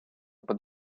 под